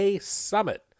Summit